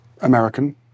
American